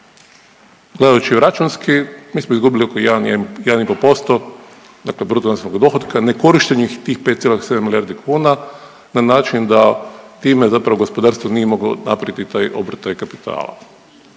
Gledajući računski mi smo izgubili oko 1-1,5%, dakle bruto…/Govornik se ne razumije/…dohotka nekorištenih tih 5,7 milijardi kuna na način da time zapravo gospodarstvo nije moglo napraviti taj obrtaj kapitala.